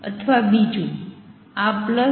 અથવા બીજું આ પ્લસ આ